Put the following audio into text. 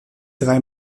drei